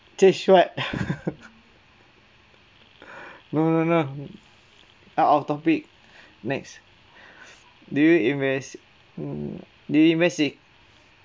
change what no no no out of topic next do you invest mm do you invest in